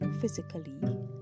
physically